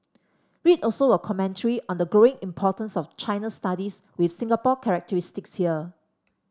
read also a commentary on the growing importance of China studies with Singapore characteristics here